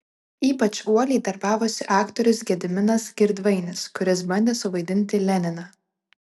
ypač uoliai darbavosi aktorius gediminas girdvainis kuris bandė suvaidinti leniną